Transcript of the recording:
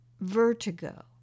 vertigo